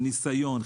עם ניסיון,